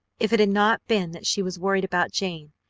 if it had not been that she was worried about jane,